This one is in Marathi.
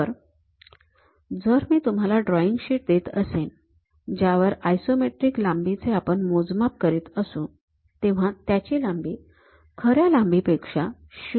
तर जर मी तुम्हाला ड्रॉईंग शीट देत असेन त्यावरील आयसोमेट्रिक लांबीचे आपण मोजमाप करत असू तेव्हा त्याची लांबी खऱ्या लांबीपेक्षा ०